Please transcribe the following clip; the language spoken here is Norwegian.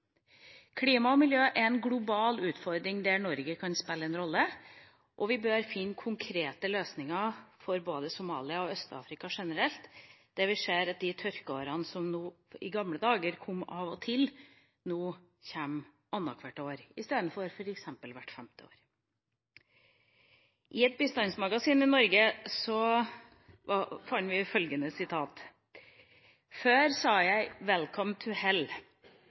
Klima og miljø er en global utfordring der Norge kan spille en rolle, og vi bør finne konkrete løsninger for både Somalia og Øst-Afrika generelt, der vi ser at de tørkeåra som i gamle dager kom av og til, nå kommer annethvert år istedenfor f.eks. hvert femte år. I et bistandsmagasin i Norge fant vi følgende sitat: «Før sa jeg: